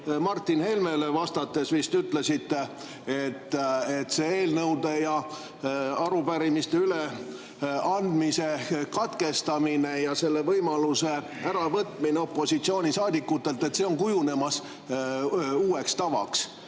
Martin Helmele vastates vist ütlesite, et eelnõude ja arupärimiste üleandmise katkestamine ja selle võimaluse äravõtmine opositsioonisaadikutelt on kujunemas uueks tavaks.